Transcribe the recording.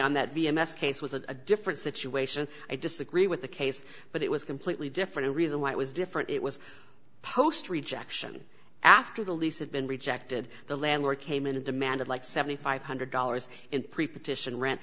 on that v m s case was a different situation i disagree with the case but it was completely different a reason why it was different it was post rejection after the lease had been rejected the landlord came in and demanded like seven thousand five hundred dollars in pre partition rent